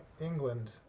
England